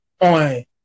on